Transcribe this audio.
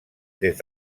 des